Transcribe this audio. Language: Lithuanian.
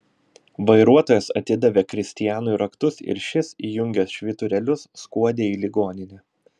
vairuotojas atidavė kristianui raktus ir šis įjungęs švyturėlius skuodė į ligoninę